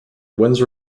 winds